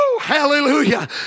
hallelujah